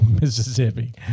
Mississippi